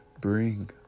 Bring